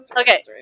Okay